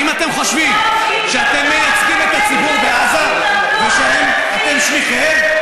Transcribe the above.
ואם אתם חושבים שאתם מייצגים את הציבור בעזה ושאתם שליחיהם,